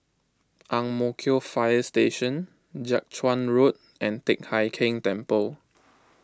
Ang Mo Kio Fire Station Jiak Chuan Road and Teck Hai Keng Temple